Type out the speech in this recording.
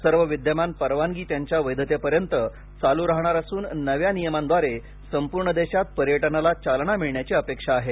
सर्व विद्यमान परवानगी त्यांच्या वैधतेपर्यंत चालू राहणार असून नव्या नियमांद्वारे संपूर्ण देशात पर्यटनाला चालना मिळण्याची अपेक्षा आहे